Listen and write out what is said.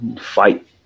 fight